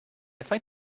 find